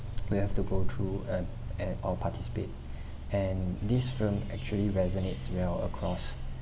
we have to go through uh and or participate and this film actually resonates well across